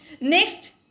Next